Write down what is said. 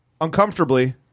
uncomfortably